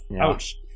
Ouch